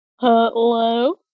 hello